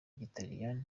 rw’ikilatini